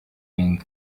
been